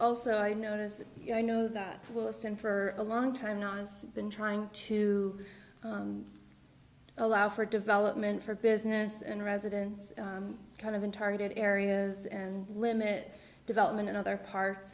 also i notice you know that will stand for a long time now has been trying to allow for development for business and residents kind of been targeted areas and limit development in other parts